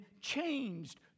changed